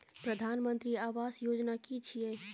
प्रधानमंत्री आवास योजना कि छिए?